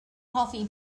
hoffi